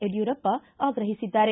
ಯಡ್ಕೂರಪ್ಪ ಆಗ್ರಹಿಸಿದ್ದಾರೆ